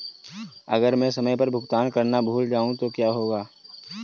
अगर मैं समय पर भुगतान करना भूल जाऊं तो क्या होगा?